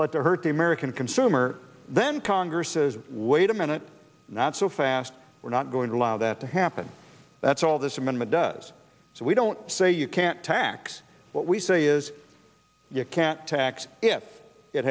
but they hurt the american consumer then congress says wait a minute not so fast we're not going to allow that to happen that's all this amendment does so we don't say you can't tax what we say is you can't tax